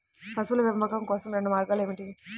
పశువుల పెంపకం కోసం రెండు మార్గాలు ఏమిటీ?